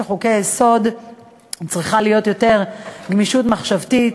חוקי-היסוד צריכה להיות יותר גמישות מחשבתית,